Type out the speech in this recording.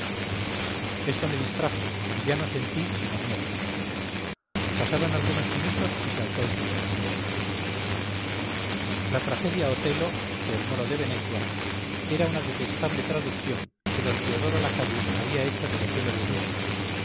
esto me distrajo y ya no sentí sino miedo pasaron algunos minutos y se alzó el telón la tragedia otello ó el moro de venecia era una detestable traducción que d teodoro la calle había hecho del otello de ducis